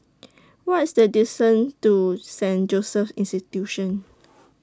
What IS The distance to Saint Joseph's Institution